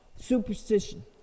superstition